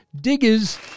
Diggers